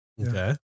Okay